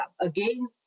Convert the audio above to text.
Again